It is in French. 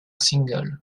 single